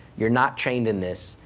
you're not trained in this,